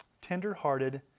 tenderhearted